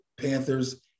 Panthers